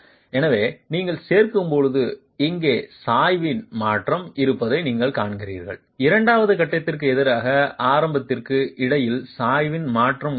எனவே நீங்கள் சேர்க்கும்போது இங்கே சாய்வின் மாற்றம் இருப்பதை நீங்கள் காண்கிறீர்கள் இரண்டாம் கட்டத்திற்கு எதிராக ஆரம்பத்திற்கு இடையில் சாய்வின் மாற்றம் உள்ளது